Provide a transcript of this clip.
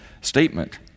statement